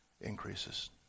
increases